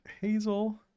hazel